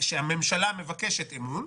כאשר הממשלה מבקשת אמון,